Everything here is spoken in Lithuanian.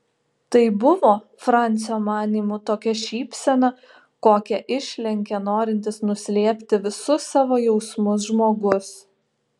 tai buvo francio manymu tokia šypsena kokią išlenkia norintis nuslėpti visus savo jausmus žmogus